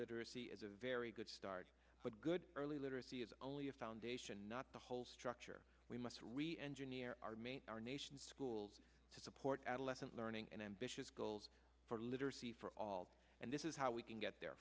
literacy is a very good start but good early literacy is only a foundation not the whole structure we must really engineer our main our nation's schools to support adolescent learning and ambitious goals for literacy for all and this is how we can get the